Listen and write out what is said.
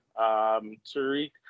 Tariq